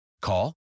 Call